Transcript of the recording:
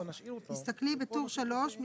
תסתכלי בטור 3,